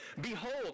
Behold